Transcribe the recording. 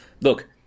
look